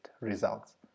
results